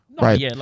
right